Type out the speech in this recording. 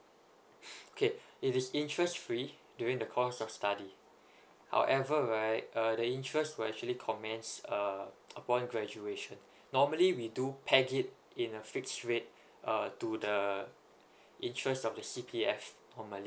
okay it is interest free during the course of study however right uh the interest will actually commence uh upon graduation normally we do peg it in a fixed rate uh the interest of the C_P_F normally